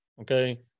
okay